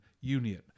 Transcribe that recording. Union